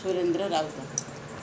Surendra Raut